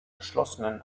geschlossenen